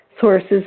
sources